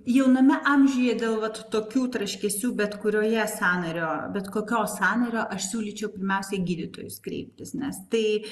jauname amžiuje dėl vat tokių traškesių bet kurioje sąnario bet kokio sąnario aš siūlyčiau pirmiausiai į gydytojus kreiptis nes tai